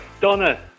Donna